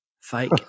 fake